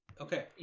Okay